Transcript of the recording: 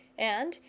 and,